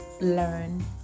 learn